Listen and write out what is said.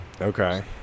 okay